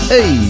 Hey